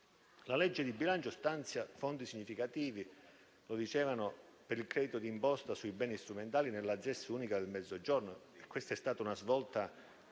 La legge di bilancio stanzia fondi significativi, com'è stato detto per il credito d'imposta sui beni strumentali, per la ZES unica del Mezzogiorno, e questa è stata una svolta